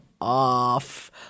off